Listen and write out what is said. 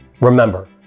Remember